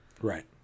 right